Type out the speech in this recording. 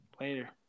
Later